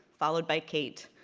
followed by kate.